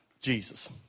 Jesus